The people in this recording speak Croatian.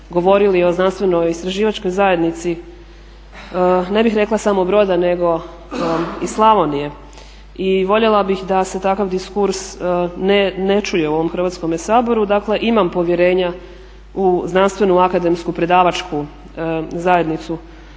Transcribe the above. govorili o znanstveno-istraživačkoj zajednici, ne bih rekla samo Broda nego i Slavonije i voljela bih da se takav diskurs ne čuje u ovom Hrvatskom saboru. Dakle imam povjerenja u znanstvenu akademsku predavačku zajednicu